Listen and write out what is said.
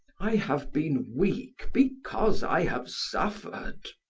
i have been weak because i have suffered.